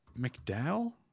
McDowell